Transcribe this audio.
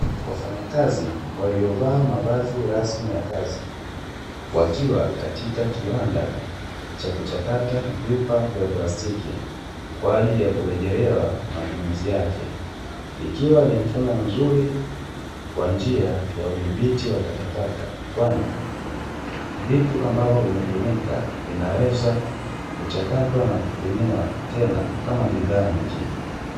Wafanyakazi walio vaa mavazi rasmi ya kazi, wakiwa katika kiwanda cha kuchakata vyupa vya plastiki kwa ajili ya kurejelewa matumizi yake, ikiwa ni mfumo mzuri wa njia udhibiti wa takataka, kwani vitu ambavyo vimetumika vinaweza kuchakatwa na kutumiwa tena kama bidhaa nyengine.